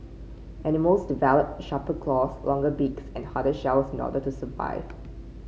animals develop sharper claws longer beaks and harder shells in order to survive